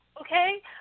Okay